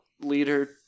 leader